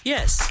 Yes